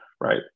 right